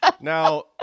now